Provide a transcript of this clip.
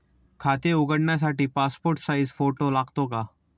खाते उघडण्यासाठी passport size photo लागतो का?